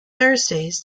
thursdays